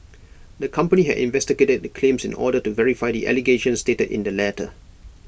the company had investigated the claims in order to verify the allegations stated in the letter